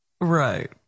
Right